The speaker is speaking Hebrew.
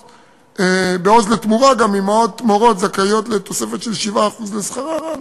ב"עוז לתמורה" גם אימהות מורות זכאיות לתוספת של 7% לשכרן,